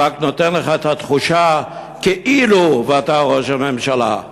הוא רק נותן לך את התחושה כאילו אתה ראש הממשלה.